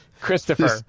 christopher